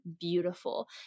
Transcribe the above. beautiful